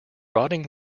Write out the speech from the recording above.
rotting